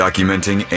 Documenting